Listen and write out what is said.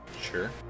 Sure